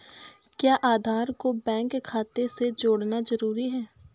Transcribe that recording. क्या आधार को बैंक खाते से जोड़ना जरूरी है?